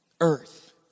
earth